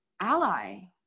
ally